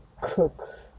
cook